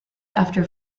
after